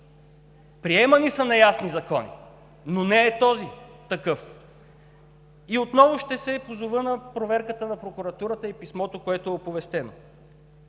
Приемани са неясни закони, но този не е такъв! И отново ще се позова на проверката на Прокуратурата и писмото, което е оповестено.